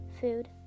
food